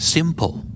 Simple